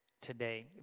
today